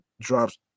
drops